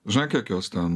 žinai kiek juos ten